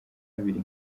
abiri